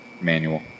Manual